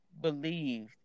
believed